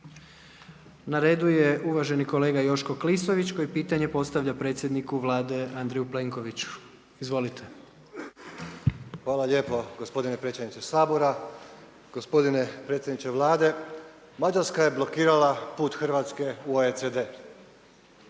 Na redu je uvaženi kolega Joško Klisović koji pitanje postavlja predsjedniku Vlade Andreju Plenkoviću. Izvolite. **Klisović, Joško (SDP)** Hvala lijepa gospodine predsjedniče Sabora. Gospodine predsjedniče Vlade Mađarska je blokirala put Hrvatske u OECD.